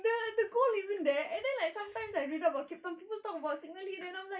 the the goal isn't there and then like sometimes I read up about cape town people talk about signal hill and I'm like